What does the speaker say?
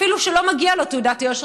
אפילו שלא מגיעה לו תעודת יושר,